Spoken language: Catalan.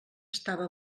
estava